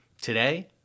Today